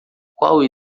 qual